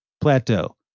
plateau